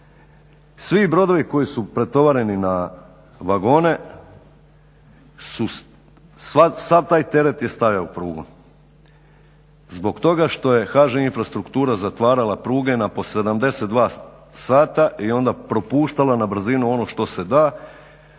Svi brodovi koji su pretovareni na vagone su, sav taj teret je stajao prugu zbog toga što je HŽ Infrastruktura zatvarala pruge na po 72 sata i onda propuštala na brzinu ono što se da,